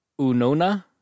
Unona